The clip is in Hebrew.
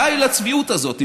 די לצביעות הזאת.